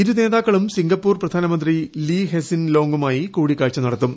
ഇരുനേതാക്കളും സിംഗപ്പൂർ പ്രധാനമന്ത്രി Lee Hsien ലോങുമായി കൂടിക്കാഴ്ച നടത്തും